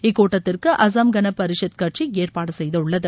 இக்கூட்டத்திற்கு அசாம் கன பரிஷத் கட்சி ஏற்பாடு செய்துள்ளது